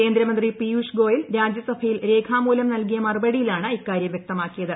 കേന്ദ്രമന്ത്രി പീയൂഷ് ഗോയൽ രാജ്യസഭയിൽ രേഖമൂലം നൽകിയ മറുപടിയിലാണ് ഇക്കാര്യം വ്യക്തമാക്കിയത്